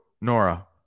Nora